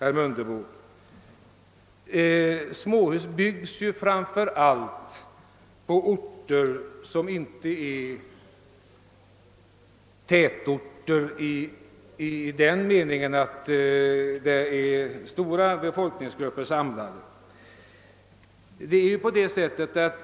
Emellertid byggs ju, herr Mundebo, småhus framför allt på orter som inte är tätorter i den meningen, att stora befolkningsgrupper där är samlade.